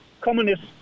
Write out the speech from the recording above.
communist